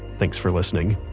thanks for listening